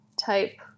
type